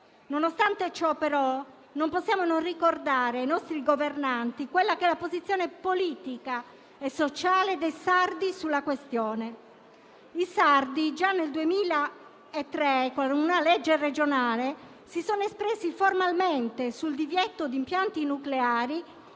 Nonostante ciò, però, non possiamo non ricordare ai nostri governanti quella che è la posizione politica e sociale dei sardi sulla questione. I sardi, già nel 2003, con una legge regionale si sono espressi formalmente sul divieto di impianti nucleari